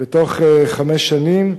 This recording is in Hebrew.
חמש שנים.